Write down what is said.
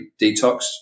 detox